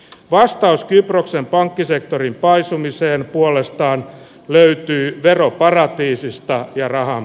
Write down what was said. vastaus kyproksen pankkisektorin paisumiseen puolestaan löytyy veroparatiisista ja rahan